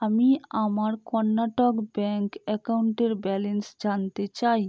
আমি আমার কর্ণাটক ব্যাঙ্ক অ্যাকাউন্টের ব্যালেন্স জানতে চাই